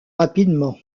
rapidement